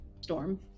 Storm